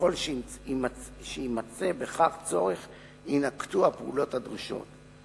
וככל שיימצא בכך צורך יינקטו הפעולות הדרושות.